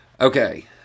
Okay